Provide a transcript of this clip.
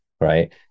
right